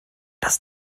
das